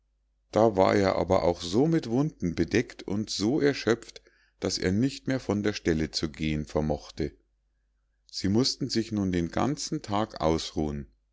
da war er aber auch so mit wunden bedeckt und so erschöpft daß er nicht mehr von der stelle zu gehen vermochte sie mußten sich nun den ganzen tag ausruhen